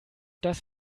das